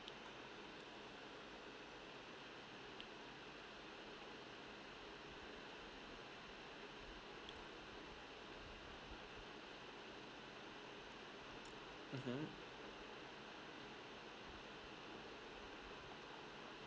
mmhmm